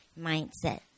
mindset